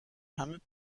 همه